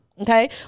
okay